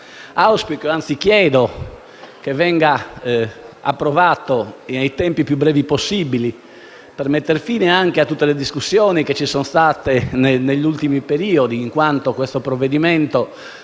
auspico - anzi chiedo - l'approvazione nei tempi più brevi possibili, per mettere fine anche a tutte le discussioni che vi sono state negli ultimi periodi, in quanto esso elimina